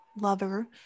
lover